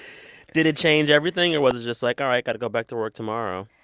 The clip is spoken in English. did it change everything, or was it just, like, all right. got to go back to work tomorrow?